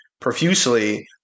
profusely